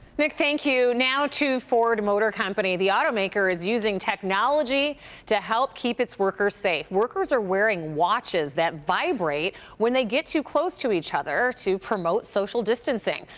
nick, thank you. now to ford motor company the automaker is using technology to help keep its workers safe. workers are wearing watches that vibrate when they get too close to each other to promote social distancing.